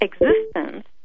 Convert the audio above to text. existence